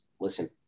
listen